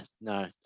no